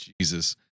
Jesus